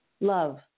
love